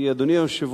כי, אדוני היושב-ראש,